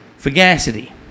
fugacity